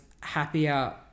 happier